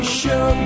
show